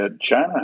China